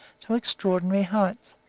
to extraordinary heights.